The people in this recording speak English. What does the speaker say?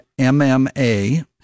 MMA